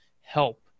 help